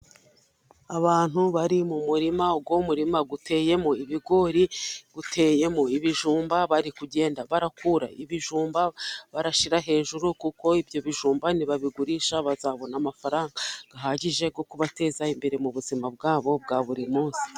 Abantu bari mu murima uwo murima uteyemo ibigori, uteyemo ibijumba bari kugenda bakura ibijumba bashyira hejuru, kuko ibyo bijumba nibabigurisha bazabona amafaranga ahagije, yo kubateza imbere mu buzima bwabo bwa buri munsi,